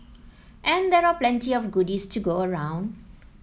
and there are plenty of goodies to go around